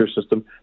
system